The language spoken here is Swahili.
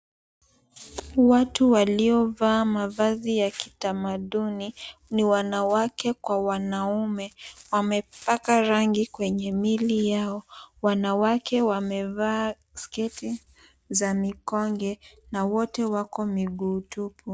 Watu waliovaa mavazi ya kitamaduni ni wanawake kwa wanaume wamepaka rangi kwenye miili yao, wanawake wamevaa sketi za mikonge na wote wako miguu tupu.